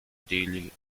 daily